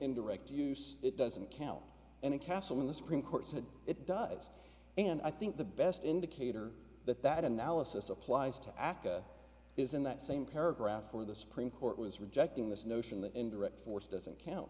indirect use it doesn't count and a castle in the supreme court said it does and i think the best indicator that that analysis applies to aca is in that same paragraph or the supreme court was rejecting this notion that indirect force doesn't count